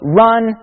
run